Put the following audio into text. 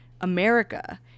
America